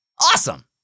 Awesome